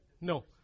no